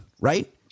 right